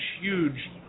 huge